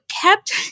kept